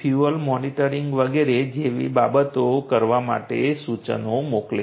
fuel monitoring વગેરે જેવી બાબતો કરવા માટે સૂચનાઓ મોકલે છે